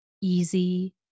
easy